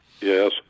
Yes